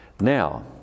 Now